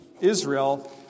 Israel